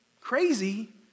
crazy